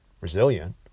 resilient